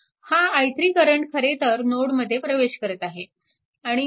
हा i3 current खरेतर ह्या नोडमध्ये प्रवेश करत आहे